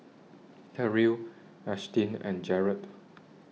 Terrill Ashtyn and Jaret